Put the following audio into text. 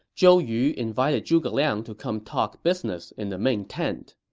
zhou yu invited zhuge liang to come talk business in the main tent